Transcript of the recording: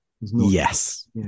Yes